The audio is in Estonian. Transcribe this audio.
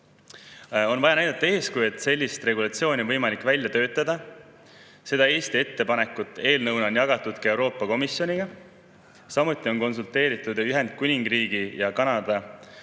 On vaja näidata eeskuju, et sellist regulatsiooni on võimalik välja töötada. Seda Eesti ettepanekut eelnõuna on jagatud ka Euroopa Komisjonile. Samuti on konsulteeritud Ühendkuningriigi ja Kanadaga.